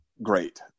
great